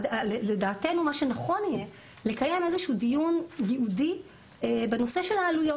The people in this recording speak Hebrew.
לדעתנו מה שנכון יהיה הוא לקיים איזשהו דיון ייעודי בנושא העלויות.